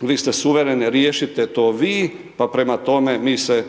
vi ste suvereni, riješite to vi, pa prema tome mi se